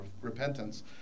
repentance